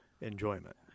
enjoyment